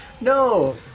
no